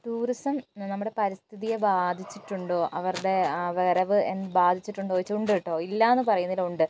tourism നമ്മുടെ പരിസ്ഥിതിയെ ബാധിച്ചിട്ടുണ്ടോ അവരുടെ ആ വരവ് ബാധിച്ചിട്ടുണ്ടോ എന്നു ചോദിച്ചാൽ ഉണ്ട് കേട്ടോ ഇല്ല എന്നു പറയുന്നില്ല ഉണ്ട്